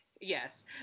Yes